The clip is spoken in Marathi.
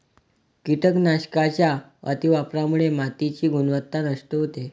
कीटकनाशकांच्या अतिवापरामुळे मातीची गुणवत्ता नष्ट होते